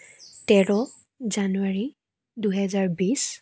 তেৰ জানুৱাৰী দুহেজাৰ বিছ